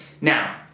Now